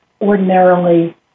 ordinarily